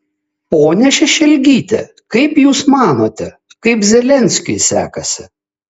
ponia šešelgyte kaip jūs manote kaip zelenskiui sekasi